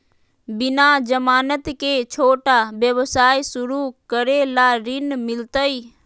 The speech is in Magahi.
बिना जमानत के, छोटा व्यवसाय शुरू करे ला ऋण मिलतई?